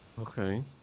Okay